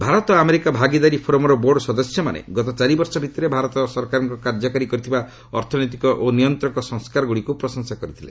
Bharat America ଭାଗିଦାରୀ ଫୋରମ୍ର board ସଦସ୍ୟମାନେ ଗତ ଚାରିବର୍ଷ ଭିତରେ ଭାରତ ସରକାର କାର୍ଯ୍ୟକାରୀ କରିଥିବା ଅର୍ଥନୈତିକ ଓ ନିୟନ୍ତକ ସଂସ୍କାରଗୁଡ଼ିକୁ ପ୍ରଶଂସା କରିଥିଲେ